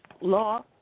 law